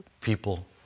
people